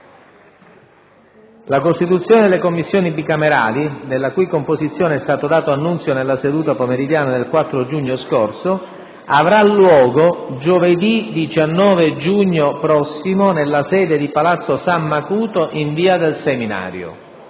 la costituzione delle Commissioni bicamerali - della cui composizione è stato dato annuncio nella seduta pomeridiana del 4 giugno scorso - avrà luogo giovedì 19 giugno prossimo nella sede di Palazzo San Macuto, in via del Seminario.